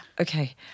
Okay